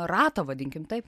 ratą vadinkim taip